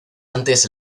antes